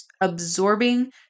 absorbing